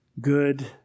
good